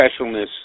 specialness